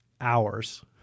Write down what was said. hours